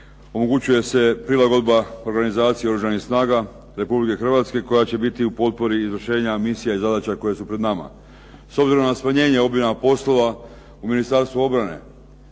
omogućuje se prilagodba organizaciji Oružanih snaga Republike Hrvatske koja će biti u potpori izvršenja misija i zadaća koje su pred nama. S obzirom na smanjenje obima poslova u Ministarstvu obrane